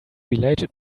related